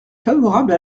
favorable